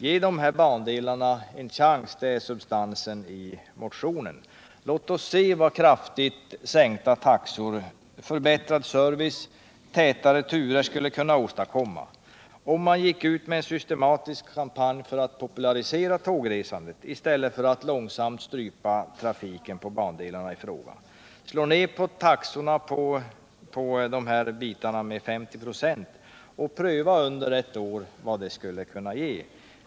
Ge dessa bandelar en chans— det är substansen i motionen. Låt oss se vad kraftigt sänkta taxor, förbättrad service och tätare turer skulle kunna åstadkomma! Gå ut med en systematisk kampanj för att popularisera tågresandet i stället för att långsamt strypa trafiken på bandelarna! Slå ner taxorna på de här järnvägssträckorna med 50 926 och pröva under ett år vad det skulle ge!